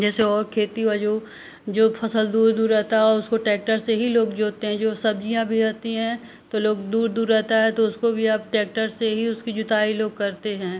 जैसे और खेती हुआ जो जो फसल दूर दूर रहता है उसको टैक्टर से ही लोग जोतते हैं जो सब्जियाँ भी रहती हैं तो लोग दूर दूर रहता है तो उसको भी अब टैक्टर से ही उसकी जुताई लोग करते हैं